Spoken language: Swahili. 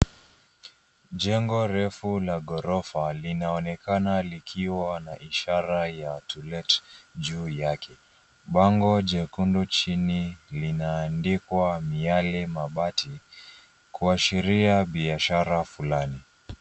Jengo refu la ghorofa linaonekana likiwa na ishara ya To Let juu yake. Bango jekundu chini linaandikwa Miale Mabati kuashiria biashara fulani.